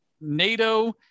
NATO